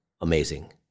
amazing